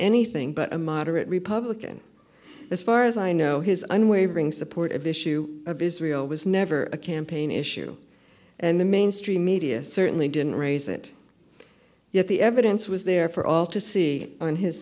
anything but a moderate republican as far as i know his i'm wavering support of the issue of israel was never a campaign issue and the mainstream media certainly didn't raise it yet the evidence was there for all to see on his